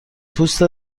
پوست